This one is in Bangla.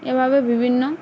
এভাবে বিভিন্ন